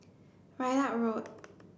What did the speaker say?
Ridout Road